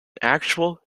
actual